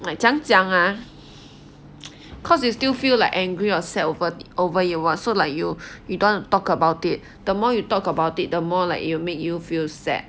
like 怎样讲 ah because you feel like angry or sad over over you [what] so like you you don't talk about it the more you talk about it the more like you it will make you feel sad